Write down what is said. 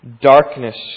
darkness